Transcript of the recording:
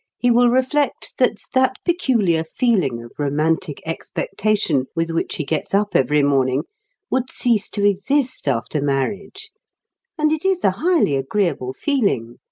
he will reflect that that peculiar feeling of romantic expectation with which he gets up every morning would cease to exist after marriage and it is a highly agreeable feeling!